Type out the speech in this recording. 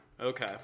Okay